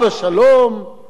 חברי חברי הכנסת,